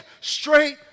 straight